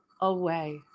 away